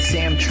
Sam